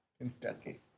Kentucky